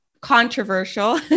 controversial